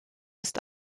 ist